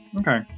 Okay